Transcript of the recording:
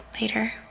later